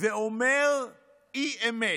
ואומר אי-אמת,